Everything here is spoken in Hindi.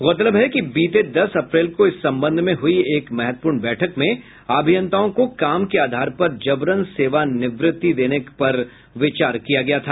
गौरतलब है कि बीते दस अप्रैल को इस संबंध में हुयी एक महत्वपूर्ण बैठक में अभियंताओं को काम के आधार पर जबरन सेवा निवृति देने पर विचार किया गया था